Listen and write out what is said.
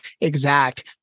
exact